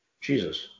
Jesus